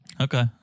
Okay